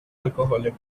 alcoholic